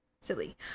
silly